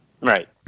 Right